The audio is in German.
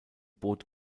bot